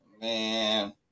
Man